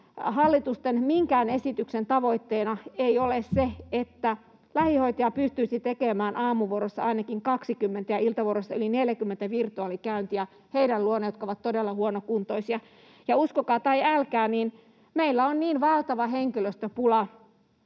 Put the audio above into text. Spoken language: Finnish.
hallitusten minkään esityksen tavoitteena ei ole se, että lähihoitaja pystyisi tekemään aamuvuorossa ainakin 20 ja iltavuorossa yli 40 virtuaalikäyntiä heidän luonaan, jotka ovat todella huonokuntoisia. Uskokaa tai älkää, meillä on valtava henkilöstöpula